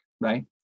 Right